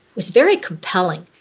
it's very compelling,